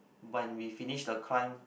when we finished the climb